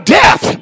death